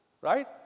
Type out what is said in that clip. right